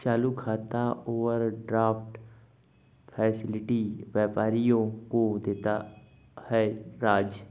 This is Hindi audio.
चालू खाता ओवरड्राफ्ट फैसिलिटी व्यापारियों को देता है राज